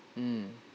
mm